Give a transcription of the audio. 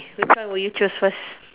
which one will you choose first